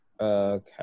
Okay